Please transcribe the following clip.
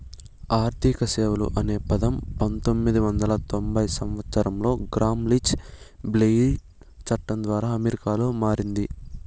ఆర్థిక సేవలు అనే పదం పంతొమ్మిది వందల తొంభై సంవచ్చరంలో గ్రామ్ లీచ్ బ్లెయిలీ చట్టం ద్వారా అమెరికాలో మారింది